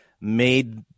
made